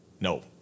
No